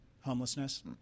homelessness